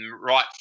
right